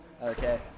okay